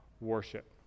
worship